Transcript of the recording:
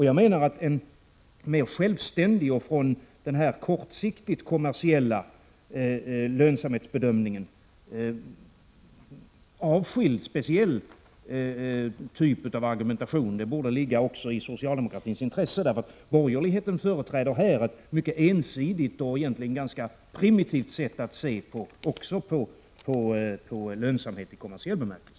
Jag menar att en mer självständig typ av argumentation som är avskild från kortsiktiga kommersiella lönsamhetsbedömningar borde ligga i socialdemokratins intresse. Borgerligheten företräder här ett mycket ensidigt och egentligen ganska primitivt sätt att se på lönsamhet i kommersiell bemärkelse.